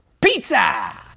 Pizza